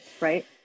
Right